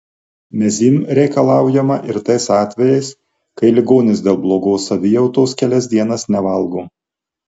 mezym reikalaujama ir tais atvejais kai ligonis dėl blogos savijautos kelias dienas nevalgo